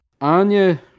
Anya